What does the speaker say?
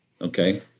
Okay